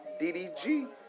DDG